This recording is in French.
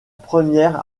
première